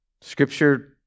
Scripture